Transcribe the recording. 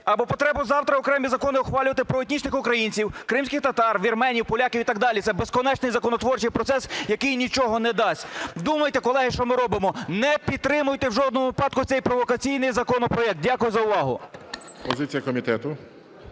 або потребу завтра окремі закони ухвалювати про етнічних українців, кримських татар, вірменів, поляків і так далі. Це безконечний законотворчий процес, який нічого не дасть. Думайте, колеги, що ми робимо! Не підтримуйте у жодному випадку цей провокаційний законопроект! Дякую за увагу. ГОЛОВУЮЧИЙ. Позиція комітету.